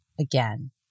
again